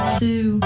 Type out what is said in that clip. two